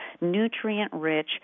nutrient-rich